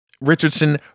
Richardson